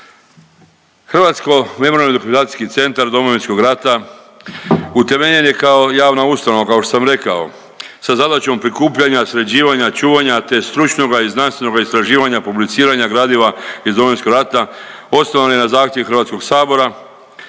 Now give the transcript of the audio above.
Hrvatsko memorijalno dokumentacijski centar Domovinskog rata utemeljen je kao javna ustanova kao što sam rekao sa zadaćom prikupljanja, sređivanja, čuvanja te stručnoga i znanstvenoga istraživanja, publiciranja gradiva iz Domovinskog rata. Osnovan je na zahtjev Hrvatskog sabora.